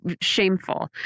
shameful